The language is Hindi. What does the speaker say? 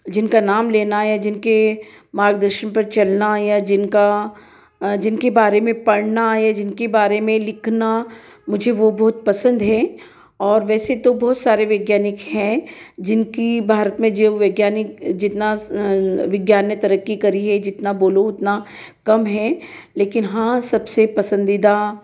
जिनका नाम लेना या जिनके मार्गदर्शन पे चलना या जिनका जिनके बारे में पढ़ना है जिनके बारे में लिखना मुझे वो बहुत पसंद है और वैसे तो बहुत सारे वैज्ञानिक हैं जिनकी भारत में जो वैज्ञानिक जितना विज्ञान ने तरक्की करी है जितना बोलो उतना कम हैं लेकिन हाँ सबसे पसंदीदा